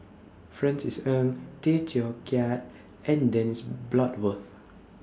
Francis Ng Tay Teow Kiat and Dennis Bloodworth